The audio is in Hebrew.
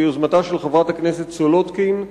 ביוזמתה של חברת הכנסת סולודקין,